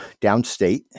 downstate